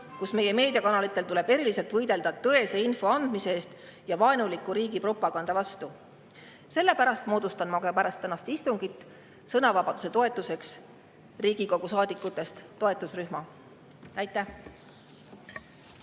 kus meie meediakanalitel tuleb eriliselt võidelda tõese info [edastamise] eest ja vaenuliku riigi propaganda vastu. Sellepärast moodustan ma pärast tänast istungit sõnavabaduse toetuseks Riigikogu saadikutest toetusrühma. Aitäh!